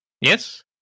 Yes